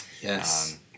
Yes